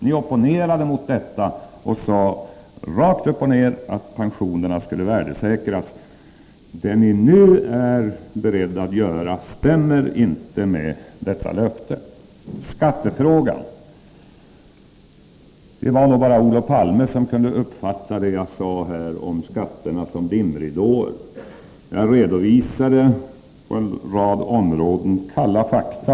Ni opponerade mot detta och sade rakt upp och ned att pensionerna skulle värdesäkras. Det ni nu är beredda att göra stämmer inte med detta löfte. Skattefrågan: Det var nog bara Olof Palme som kunde uppfatta det som jag sade här om skatterna som dimridåer. Jag redovisade på en rad områden kalla fakta.